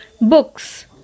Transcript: books